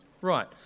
Right